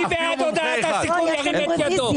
מי בעד הודעת הסיכום ירים את ידו.